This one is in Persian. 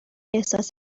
احساس